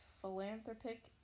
philanthropic